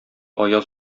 аяз